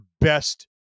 best